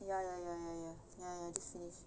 ya ya ya ya